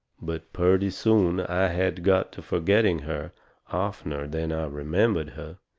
but purty soon i had got to forgetting her oftener than i remembered her.